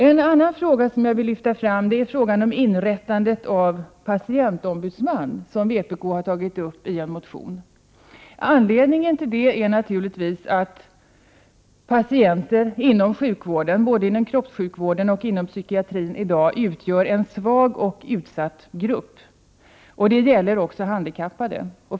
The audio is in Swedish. En annan fråga som jag vill lyfta fram gäller inrättandet av patientombudsman, som vpk har föreslagit i en motion. Anledningen är naturligtvis att patienter inom sjukvården — både kroppssjukvården och psykiatrin — i dag utgör en svag och utsatt grupp. Det gäller också handikappade.